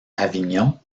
avignon